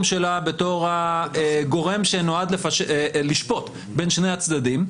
שלה בתור הגורם שנועד לשפוט בין שני הצדדים,